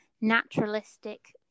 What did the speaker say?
naturalistic